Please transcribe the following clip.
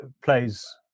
plays